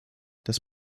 das